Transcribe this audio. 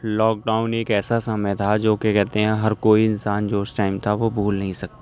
lock down ایک ایسا سمعے تھا جو کہ کہتے ہیں کہ ہر کوئی انسان جو اس ٹائم تھا وہ بھول نہیں سکتا